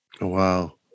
wow